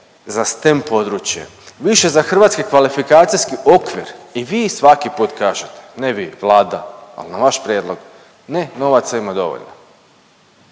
za STEM područje, više za Hrvatski kvalifikacijski okvir i vi svaki put kažete, ne vi Vlada, ali na vaš prijedlog ne novaca ima dovoljno.